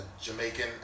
Jamaican